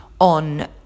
on